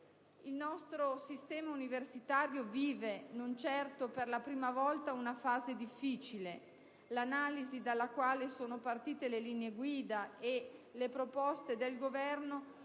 Il nostro sistema universitario vive - non certo per la prima volta - una fase difficile. L'analisi dalla quale sono partite le linee guida e le proposte del Governo